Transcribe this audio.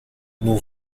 non